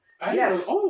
Yes